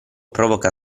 provoca